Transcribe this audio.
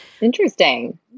Interesting